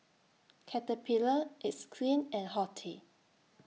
Caterpillar It's Skin and Horti